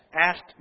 asked